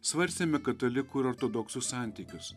svarstėme katalikų ir ortodoksų santykius